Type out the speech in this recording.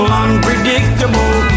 unpredictable